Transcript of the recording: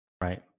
Right